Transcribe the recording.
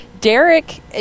Derek